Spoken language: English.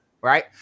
right